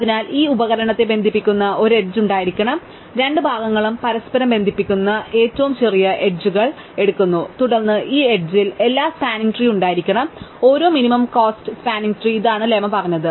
അതിനാൽ ഈ ഉപകരണത്തെ ബന്ധിപ്പിക്കുന്ന ഒരു എഡ്ജ് ഉണ്ടായിരിക്കണം രണ്ട് ഭാഗങ്ങളും പരസ്പരം ബന്ധിപ്പിക്കുന്ന ഏറ്റവും ചെറിയ എഡ്ജുകൾ ഞങ്ങൾ എടുക്കുന്നു തുടർന്ന് ഈ എഡ്ജ്ൽ എല്ലാ സ്പാനിങ് ട്രീ ഉണ്ടായിരിക്കണം ഓരോ മിനിമം കോസ്റ് സ്പാനിങ് ട്രീ ഇതാണ് ലെമ്മ പറഞ്ഞത്